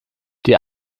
die